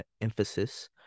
emphasis